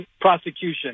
prosecution